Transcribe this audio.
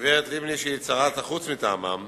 וגברת לבני שהיתה שרת החוץ מטעמם,